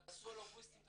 תעשו לו בוסטים,